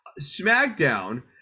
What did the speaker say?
smackdown